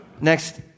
Next